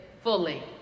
fully